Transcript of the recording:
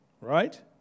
right